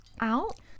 out